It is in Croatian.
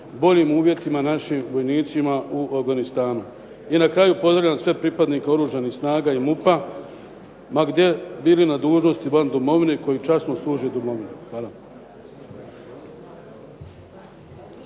boljim uvjetima našim vojnicima u Afganistanu. I na kraju, pozdravljam sve pripadnike Oružanih snaga i MUP-a ma gdje bili na dužnosti van domovine koji časno služe domovini. Hvala.